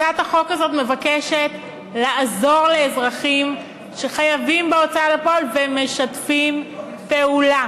הצעת החוק הזו מבקשת לעזור לאזרחים שחייבים בהוצאה לפועל ומשתפים פעולה.